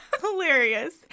Hilarious